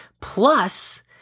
plus